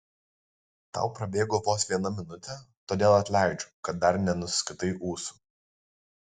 tau prabėgo vos viena minutė todėl atleidžiu kad dar nenusiskutai ūsų